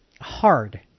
hard